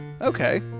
okay